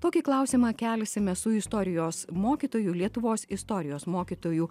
tokį klausimą kelsime su istorijos mokytoju lietuvos istorijos mokytojų